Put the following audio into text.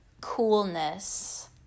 coolness